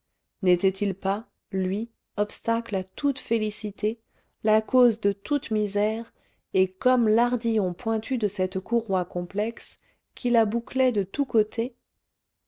n'étaitil pas lui obstacle à toute félicité la cause de toute misère et comme l'ardillon pointu de cette courroie complexe qui la bouclait de tous côtés